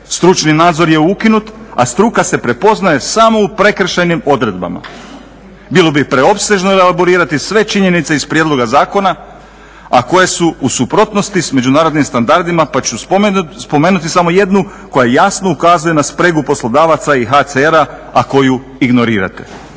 Stručni nadzor je ukinut, a struka se prepoznaje samo u prekršajnim odredbama. Bilo bi preopsežno elaborirati sve činjenice iz prijedloga zakona, a koje su u suprotnosti s međunarodnim standardima pa ću spomenuti samo jednu koja jasno ukazuje na spregu poslodavaca i HCR-a, a koju ignorirate.